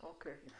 אוקיי.